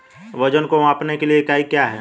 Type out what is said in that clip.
वजन को मापने के लिए इकाई क्या है?